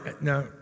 now